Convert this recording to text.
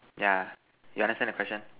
yeah you understand the question